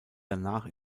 danach